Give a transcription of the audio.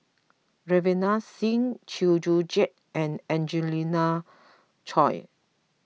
Ravinder Singh Chew Joo Chiat and Angelina Choy